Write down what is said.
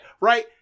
Right